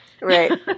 Right